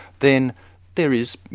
then there is,